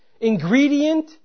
ingredient